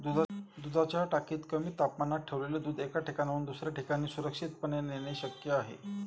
दुधाच्या टाकीत कमी तापमानात ठेवलेले दूध एका ठिकाणाहून दुसऱ्या ठिकाणी सुरक्षितपणे नेणे शक्य आहे